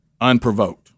unprovoked